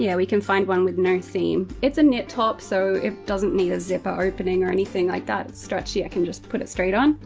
yeah we can find one with no seam. it's a knit top so it doesn't need a zipper opening or anything like that. it's stretchy, i can just put it straight on.